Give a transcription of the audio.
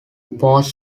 was